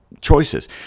choices